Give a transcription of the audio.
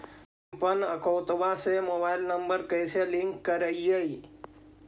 हमपन अकौउतवा से मोबाईल नंबर कैसे लिंक करैइय?